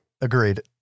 Agreed